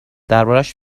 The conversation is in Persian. دربارش